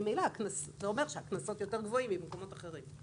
ממילא זה אומר שהקנסות יותר גבוהים מאשר במקומות אחרים.